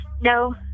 No